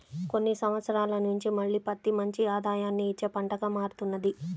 కొన్ని సంవత్సరాల నుంచి మళ్ళీ పత్తి మంచి ఆదాయాన్ని ఇచ్చే పంటగా మారుతున్నది